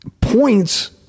points